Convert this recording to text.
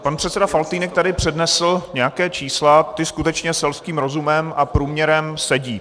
Pan předseda Faltýnek tady přednesl nějaká čísla, ta skutečně selským rozumem a průměrem sedí.